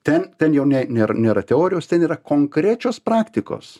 ten ten jau ne nėra nėra teorijos ten yra konkrečios praktikos